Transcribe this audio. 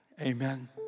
Amen